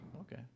Okay